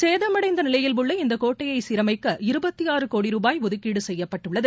சேதமடைந்தநிலையில் உள்ள இந்த கோட்டையை சீரமைக்க இருபத்தி ஆறு கோடி ருபாய் ஒதுக்கீடு செய்ய்ப்பட்டுள்ளது